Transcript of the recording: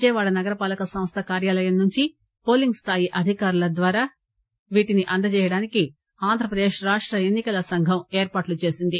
విజయవాడ నగర పాల్క సంస్థ కార్యాలయం నుంచి పోలింగ్ స్లాయి అధికారుల ద్వారా వీటిని అందజేసేందుకు ఆంధ్రప్రదేశ్ రాష్ట ఎన్ని కల సంఘం ఏర్పాట్లు చేసింది